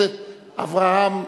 הרי הדברים האלה הם,